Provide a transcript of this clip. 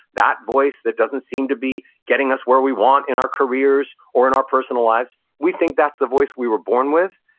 that voice that doesn't seem to be getting us where we want in our careers or in our personal lives. we think that's the voice we were born with.